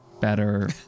better